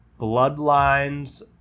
Bloodlines